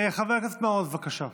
חבר הכנסת מעוז, בבקשה.